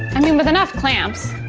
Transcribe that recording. i mean we've enough clamps.